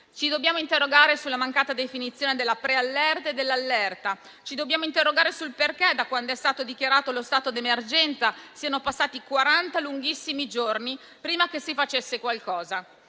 ci dobbiamo interrogare sulla mancata definizione della preallerta e dell'allerta, ci dobbiamo interrogare sul perché, da quando è stato dichiarato lo stato d'emergenza, siano passati quaranta lunghissimi giorni prima che si facesse qualcosa.